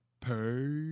pay